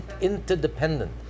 interdependent